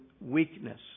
weakness